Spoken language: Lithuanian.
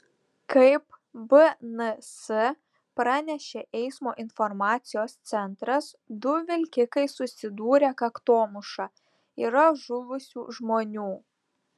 kaip bns pranešė eismo informacijos centras du vilkikai susidūrė kaktomuša yra žuvusių žmonių